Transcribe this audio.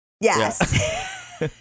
Yes